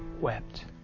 wept